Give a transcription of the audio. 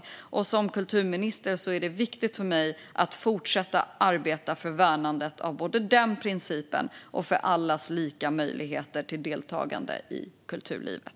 För mig som kulturminister är det viktigt att fortsätta arbeta både för värnandet av den principen och för allas lika möjligheter till deltagande i kulturlivet.